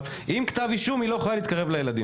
אבל עם כתב אישום היא לא יכולה להתקרב לילדים.